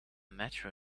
metro